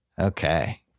Okay